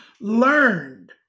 learned